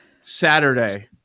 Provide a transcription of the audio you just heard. Saturday